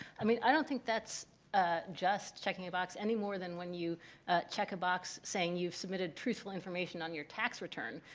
i mean, i don't think that's ah just checking a box any more than when you check a box saying you've submitted truthful information on your tax return,